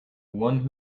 one